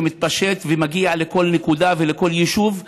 שמתפשטים ומגיעים לכל נקודה ולכל יישוב.